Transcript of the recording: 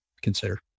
consider